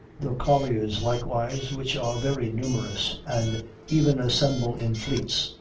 the colliers, likewise, which are very numerous, and even assemble in fleets,